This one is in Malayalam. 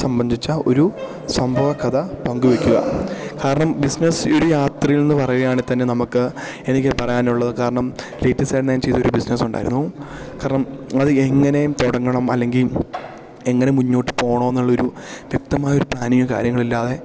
സംബന്ധിച്ച ഒരു സംഭവകഥ പങ്കുവെക്കുക കാരണം ബിസ്നെസ് ഒരു യാത്രയാണെന്ന് പറയുകയാണെങ്കിൽത്തന്നെ നമുക്ക് എനിക്ക് പറയാനുള്ളത് കാരണം ലേറ്റസ്സ് ആയിട്ട് ഞാൻ ചെയ്തൊരു ബിസ്നെസ് ഉണ്ടായിരുന്നു കാരണം അത് എങ്ങനെയും തുടങ്ങണം അല്ലെങ്കിൽ എങ്ങനെ മുന്നോട്ട് പോകണം എന്നുള്ള ഒരു വ്യക്തമായ ഒരു പ്ലാനിങ്ങോ കാര്യങ്ങളില്ലാതെ